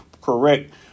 correct